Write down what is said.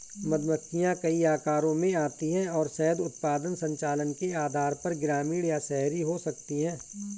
मधुमक्खियां कई आकारों में आती हैं और शहद उत्पादन संचालन के आधार पर ग्रामीण या शहरी हो सकती हैं